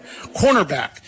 Cornerback